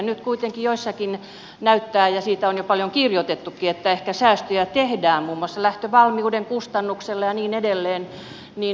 nyt kuitenkin joissakin kunnissa näyttää siltä ja siitä on jo paljon kirjoitettukin että ehkä säästöjä tehdään muun muassa lähtövalmiuden kustannuksella ja niin edelleen